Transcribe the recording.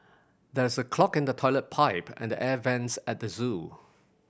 there is a clog in the toilet pipe and the air vents at the zoo